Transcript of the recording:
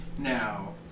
Now